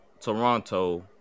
Toronto